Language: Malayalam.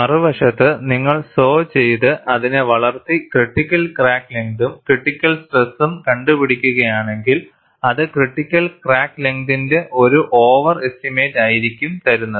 മറുവശത്ത് നിങ്ങൾ സോ ചെയ്തത് അതിനെ വളർത്തി ക്രിട്ടിക്കൽ ക്രാക്ക് ലെങ്തും ക്രിട്ടിക്കൽ സ്ട്രെസും കണ്ടുപിടിക്കുകയാണെങ്കിൽ അത് ക്രിട്ടിക്കൽ ക്രാക്ക് ലെങ്തിന്റെ ഒരു ഓവർ എസ്റ്റിമേറ്റ് ആയിരിക്കും തരുന്നത്